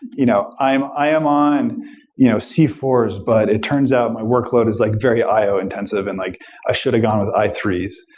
and you know i am i am on you know c four s, but it turns out my workload is like very i o intensive and like i should have gone with i three s,